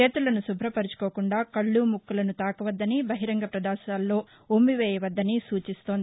చేతులను శుభ్ర పరచుకోకుండా కళ్ళు ముక్కులను తాకవద్దని బహిరంగ పదేశాల్లో ఉమ్మి వేయ వద్గని సూచిస్తోంది